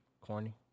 Corny